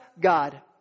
God